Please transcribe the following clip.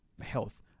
health